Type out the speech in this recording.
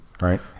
right